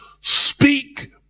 Speak